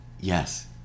Yes